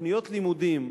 שתוכניות לימודים,